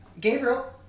Gabriel